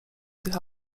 tych